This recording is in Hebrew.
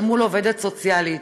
אל מול העובדת הסוציאלית?